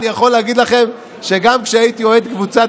אני יכול להגיד לכם שגם כשהייתי אוהד קבוצת